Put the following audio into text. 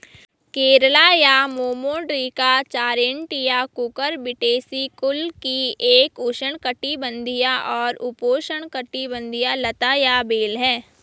करेला या Momordica charantia Cucurbitaceae कुल की एक उष्णकटिबंधीय और उपोष्णकटिबंधीय लता या बेल है